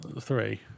Three